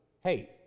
hey